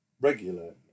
regular